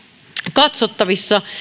katsottavissa